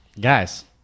guys